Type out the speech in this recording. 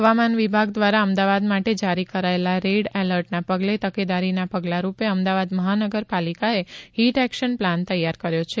હવામાન વિભાગ દ્વારા અમદાવાદ માટે જારી કરાયેલા રેડ એલર્ટના પગલે તકેદારીના પગલાંરૂપે અમદાવાદ મહાનગરપાલિકાએ હીટ એક્શન પ્લાન તૈયાર કર્યો છે